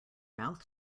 mouth